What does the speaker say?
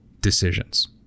decisions